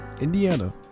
Indiana